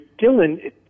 Dylan